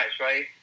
right